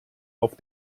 auf